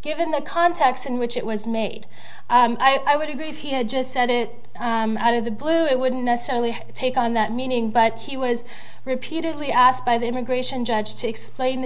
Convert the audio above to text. given the context in which it was made i would agree if he had just said it out of the blue it wouldn't necessarily take on that meaning but he was repeatedly asked by the immigration judge to explain